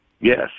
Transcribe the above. Yes